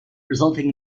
resulting